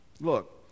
Look